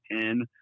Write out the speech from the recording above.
ten